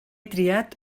triat